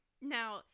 Now